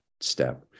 step